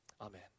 amen